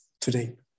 today